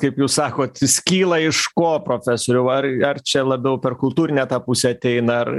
kaip jūs sakot skyla iš ko profesoriau ar ar čia labiau per kultūrinę tą pusę ateina ar